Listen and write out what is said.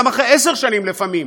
גם אחרי עשר שנים לפעמים,